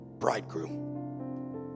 bridegroom